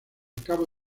cabo